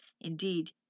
Indeed